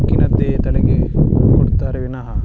ಬುಕ್ಕಿನದ್ದೇ ತಲೆಗೆ ಕೊಡುತ್ತಾರೆ ವಿನಹ